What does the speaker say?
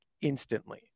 instantly